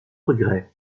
regrets